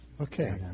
Okay